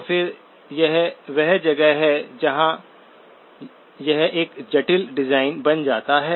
तो फिर यह वह जगह है जहां यह एक जटिल डिजाइन बन जाता है